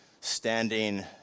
standing